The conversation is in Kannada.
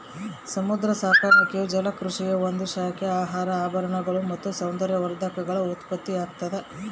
ಸಮುದ್ರ ಸಾಕಾಣಿಕೆಯು ಜಲಕೃಷಿಯ ಒಂದು ಶಾಖೆ ಆಹಾರ ಆಭರಣಗಳು ಮತ್ತು ಸೌಂದರ್ಯವರ್ಧಕಗಳ ಉತ್ಪತ್ತಿಯಾಗ್ತದ